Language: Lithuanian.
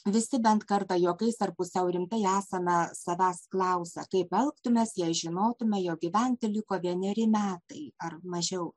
visi bent kartą juokais ar pusiau rimtai esame savęs klausę kaip elgtumės jei žinotume jog gyventi liko vieneri metai ar mažiau